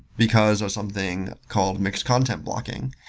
because of something called mixed content blocking.